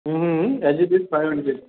હં ઍક્સઇબેક five hundred